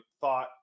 thought